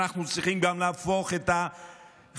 אנחנו צריכים גם להפוך את החברים,